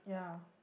yeah